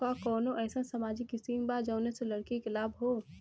का कौनौ अईसन सामाजिक स्किम बा जौने से लड़की के लाभ हो?